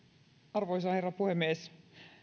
arvoisa herra puhemies